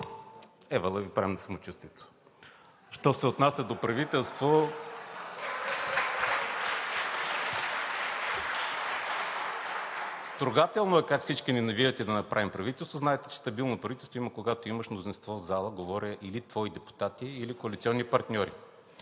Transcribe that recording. (Ръкопляскания от ИТН.) Що се отнася до правителство, трогателно е как всички ни навивате да направим правителство. Знаете, че стабилно правителство има, когато имаш мнозинство в залата – говоря или твои депутати, или коалиционни партньори.